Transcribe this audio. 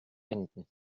enden